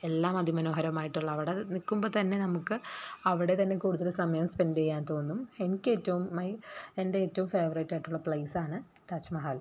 എല്ലാം അതിമനോഹരമായിട്ടുള്ള അവിടെ നിൽക്കുമ്പോൾ തന്നെ നമുക്ക് അവിടെ തന്നെ കൂടുതൽ സമയം സ്പെൻഡ് ചെയ്യാൻ തോന്നും എനിക്ക് ഏറ്റവും മൈ എൻ്റെ ഏറ്റവും ഫേവറേറ്റായിട്ടുള്ള പ്ലേയ്സാണ് താജ് മഹൽ